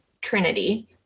Trinity